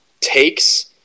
takes